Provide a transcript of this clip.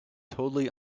totally